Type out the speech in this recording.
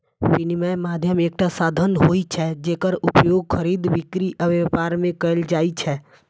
विनिमय माध्यम एकटा साधन होइ छै, जेकर उपयोग खरीद, बिक्री आ व्यापार मे कैल जाइ छै